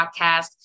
podcast